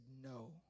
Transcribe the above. no